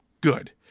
good